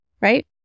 right